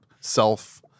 self